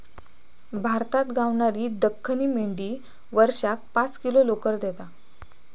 भारतात गावणारी दख्खनी मेंढी वर्षाक पाच किलो लोकर देता